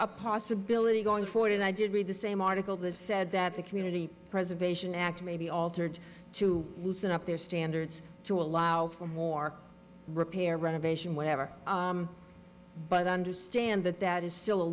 a possibility going forward and i did read the same article that said that the community preservation act may be altered to loosen up their standards to allow for more repair renovation whatever but understand that that is still a